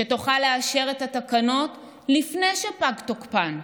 שתוכל לאשר את התקנות לפני שפג תוקפן,